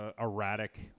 erratic